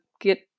get